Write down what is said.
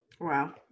Wow